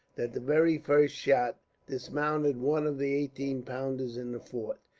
that the very first shot dismounted one of the eighteen-pounders in the fort.